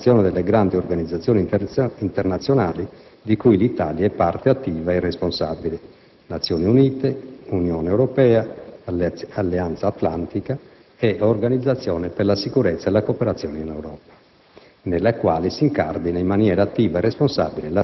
Tale concetto si fonda sempre più nell'azione delle grandi organizzazioni internazionali di cui l'Italia è parte attiva e responsabile: Nazioni Unite, Unione Europea, Alleanza Atlantica, l'Organizzazione per la sicurezza e la cooperazione in Europa